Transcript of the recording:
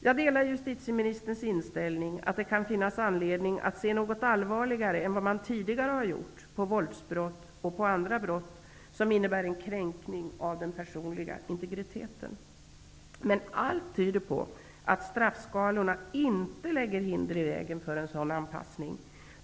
Jag delar justitieministerns inställning att det kan finnas anledning att se något allvarligare än vad man tidigare har gjort på våldsbrott och på andra brott som innebär en kränkning av den personliga integriteten. Men allt tyder på att straffskalorna inte lägger hinder i vägen för en sådan anpassning.